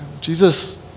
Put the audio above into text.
Jesus